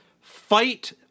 fight